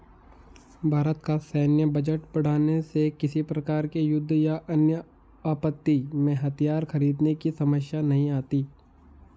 भारत का सैन्य बजट बढ़ाने से किसी प्रकार के युद्ध या अन्य आपत्ति में हथियार खरीदने की समस्या नहीं आती